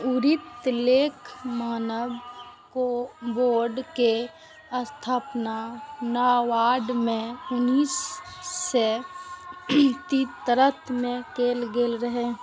वित्तीय लेखा मानक बोर्ड के स्थापना नॉरवॉक मे उन्नैस सय तिहत्तर मे कैल गेल रहै